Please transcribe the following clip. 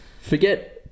forget